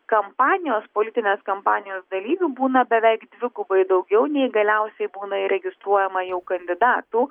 kampanijos politinės kampanijos dalyvių būna beveik dvigubai daugiau nei galiausiai būna įregistruojama jau kandidatų